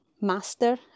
master